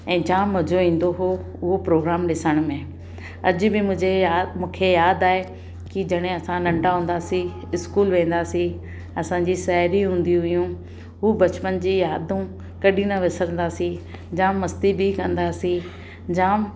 ऐं जामु मज़ो ईंदो हो उहो प्रोग्राम ॾिसण में अॼु बि मुझे यादि मूंखे यादि आहे की जॾहिं असां नंढा हूंदासीं इस्कूलु वेंदासीं असांजी साहेड़ी हूंदियूं हुयूं हू बचपन जी यादूं कॾहिं न विसरंदासीं जामु मस्ती बि कंदासीं जामु